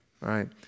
Right